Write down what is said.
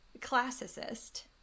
classicist